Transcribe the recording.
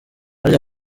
harya